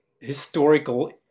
historical